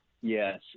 Yes